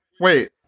Wait